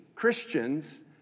Christians